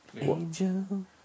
Angel